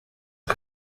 ngo